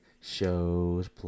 shows